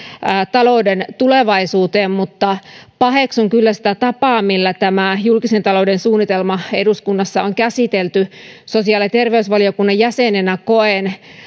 talouden tulevaisuuteen mutta paheksun kyllä sitä tapaa millä tämä julkisen talouden suunnitelma eduskunnassa on käsitelty sosiaali ja terveysvaliokunnan jäsenenä koen